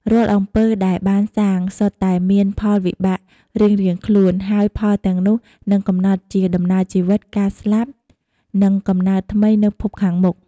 រាល់អំពើដែលបានសាង សុទ្ធតែមានផលវិបាករៀងៗខ្លួន ហើយផលទាំងនោះនឹងកំណត់ពីដំណើរជីវិត ការស្លាប់ និងកំណើតថ្មីនៅភពខាងមុខ។